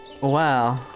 Wow